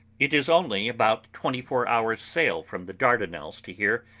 it is only about twenty four hours' sail from the dardanelles to here,